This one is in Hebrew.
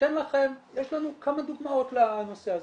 יש לנו כמה דוגמאות לנושא הזה,